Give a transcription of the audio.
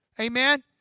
Amen